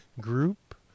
group